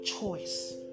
choice